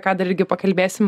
ką dar ilgi pakalbėsim